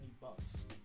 bucks